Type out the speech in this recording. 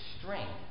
strength